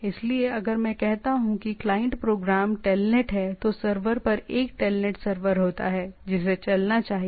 इसलिए अगर मैं कहता हूं कि क्लाइंट प्रोग्राम टेलनेट है तो सर्वर पर एक टेलनेट सर्वर होता है जिसे चलना चाहिए